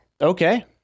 okay